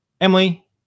emily